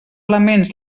elements